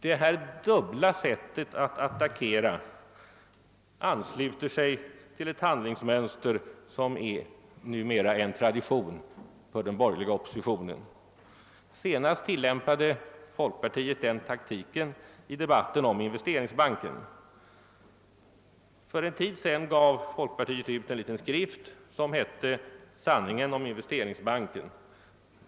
Detta dubbla sätt att attackera programmet ansluter sig till ett handlingsmönster som numera blivit en tradition för den borgerliga oppositionen. Senast tillämpade folkpartiet den taktiken i debatten om investeringsbanken. För en tid sedan gav folkpartiet ut en liten skrift som heter Sanningen om investeringsbanken.